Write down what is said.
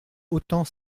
autant